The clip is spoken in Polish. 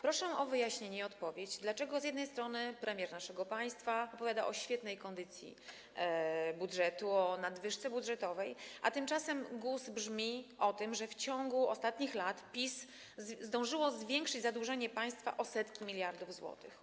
Proszę o wyjaśnienie i odpowiedź, dlaczego z jednej strony premier naszego państwa opowiada o świetnej kondycji budżetu, o nadwyżce budżetowej, a tymczasem z drugiej strony GUS grzmi o tym, że w ciągu ostatnich lat PiS zdążyło zwiększyć zadłużenie państwa o setki miliardów złotych?